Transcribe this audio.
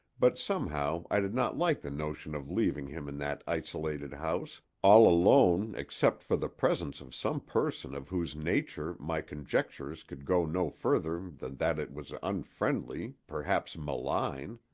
but somehow i did not like the notion of leaving him in that isolated house, all alone except for the presence of some person of whose nature my conjectures could go no further than that it was unfriendly, perhaps malign.